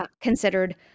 considered